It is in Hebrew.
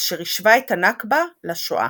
אשר השווה את הנכבה לשואה.